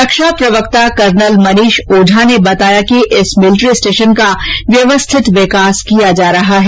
रक्षा प्रवक्ता कर्नल मनीष ओझा ने बताया कि इस मिलिट्री स्टेशन का व्यवस्थित विकास किया जा रहा है